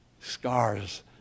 Scars